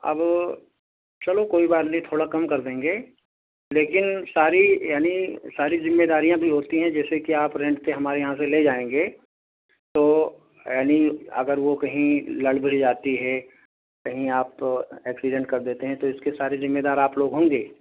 اب چلو کوئی بات نہیں تھوڑا کم کر دیں گے لیکن ساری یعنی ساری ذمےداریاں بھی ہوتی ہیں جیسے کہ آپ رینٹ پہ ہمارے یہاں سے لے جائیں گے تو یعنی اگر وہ کہیں لڑ بھڑ جاتی ہے کہیں آپ ایکسیڈنٹ کر دیتے ہیں تو اس کے سارے ذمےدار آپ لوگ ہوں گے